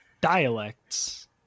dialects